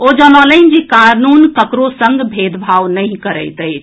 ओ जनौलनि जे कानून ककरो संग भेदभाव नहि करैत अछि